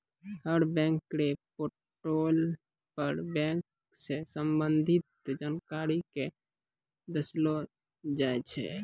हर bank र portal पर bank स संबंधित जानकारी क दर्शैलो जाय छै